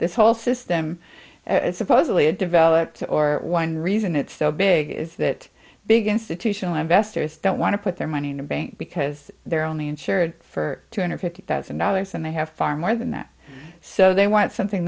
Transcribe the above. this whole system supposedly it developed or one reason it's so big is that big institutional investors don't want to put their money in a bank because they're only insured for two hundred fifty thousand dollars and they have far more than that so they want something